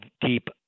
deep